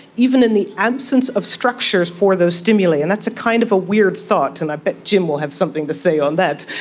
even in the absence of structures for those stimuli. and that's kind of a weird thought, and i bet jim will have something to say on that.